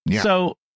so-